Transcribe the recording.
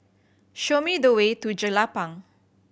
show me the way to Jelapang